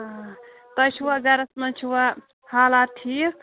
آ تۄہہِ چھُوا گَرَس منٛز چھُوا حالات ٹھیٖک